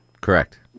Correct